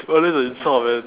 !wah! this is an insult man